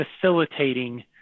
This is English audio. facilitating